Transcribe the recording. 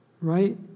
Right